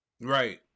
right